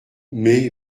mais